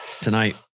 tonight